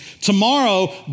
tomorrow